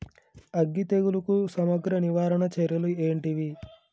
అగ్గి తెగులుకు సమగ్ర నివారణ చర్యలు ఏంటివి?